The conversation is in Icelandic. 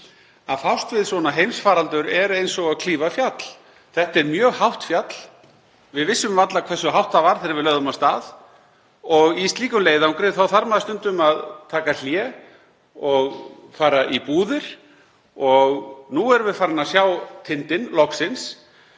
Að fást við svona heimsfaraldur er eins og að klífa fjall. Þetta er mjög hátt fjall. Við vissum varla hversu hátt það var þegar við lögðum af stað og í slíkum leiðangri þarf maður stundum að taka hlé og fara í búðir og nú erum við loksins farin að sjá tindinn. Það